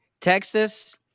Texas